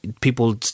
People